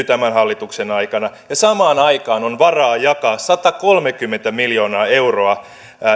tämän hallituksen aikana ja samaan aikaan on varaa jakaa satakolmekymmentä miljoonaa euroa